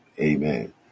amen